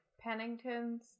Pennington's